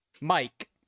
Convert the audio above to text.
mike